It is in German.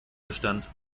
bestand